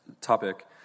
topic